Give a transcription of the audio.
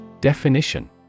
Definition